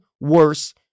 worse